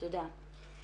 תודה.